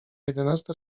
jedenasta